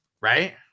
right